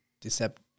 deceptive